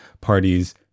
parties